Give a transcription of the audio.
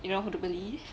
you know who to believe